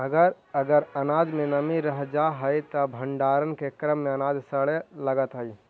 अगर अनाज में नमी रह जा हई त भण्डारण के क्रम में अनाज सड़े लगतइ